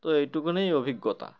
তো এইটুকুনই অভিজ্ঞতা